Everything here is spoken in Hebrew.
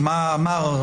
זה בהחלט מה שנעשה.